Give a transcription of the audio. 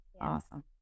Awesome